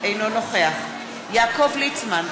אינו נוכח יעקב ליצמן,